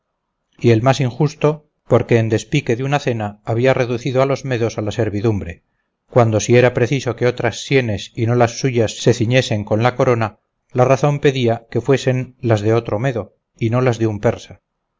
y el más injusto porque en despique de una cena había reducido a los medos a la servidumbre cuando si era preciso que otras sienes y no las suyas se ciñesen con la corona la razón pedía que fuesen las de otro medo y no las de un persa